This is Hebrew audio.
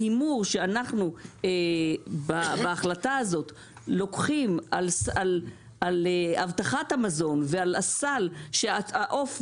ההימור שאנחנו בהחלטה הזאת לוקחים על הבטחת המזון ועל הסל שהעוף,